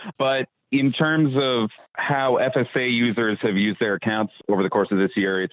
but in terms of how fsa users have used their accounts over the course of this year,